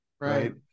right